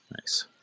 Nice